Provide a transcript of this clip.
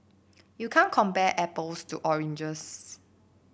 you can't compare apples to oranges